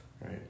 right